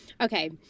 okay